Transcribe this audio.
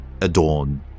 adorn